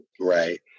Right